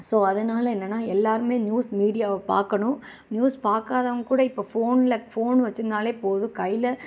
so அதனால என்னனா எல்லாருமே நியூஸ் மீடியாவை பார்க்கணும் நியூஸ் பார்க்காதவங்ககூட இப்போ ஃபோன்ல ஃபோன் வச்சிருந்தாலே போதும் கையில